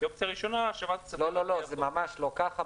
כאופציה ראשונה --- לא, זה ממש לא ככה.